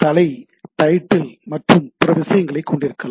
தலை டைட்டில் மற்றும் பிற விஷயங்களைக் கொண்டிருக்கலாம்